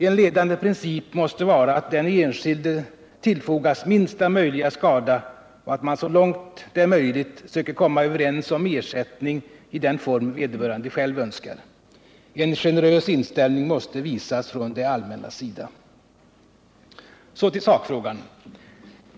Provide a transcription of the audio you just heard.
En ledande princip måste vara att den enskilde tillfogas minsta möjliga skada och att man så långt det är möjligt söker komma överens om ersättning iden form vederbörande själv önskar. En generös inställning måste visas från det allmännas sida. Så till sakfrågan.